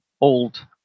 old